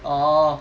oh